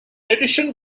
addition